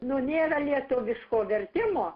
nu nėra lietuviško vertimo